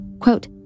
Quote